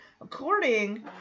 according